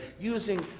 using